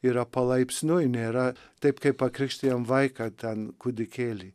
yra palaipsniui nėra taip kaip pakrikštijam vaiką ten kūdikėlį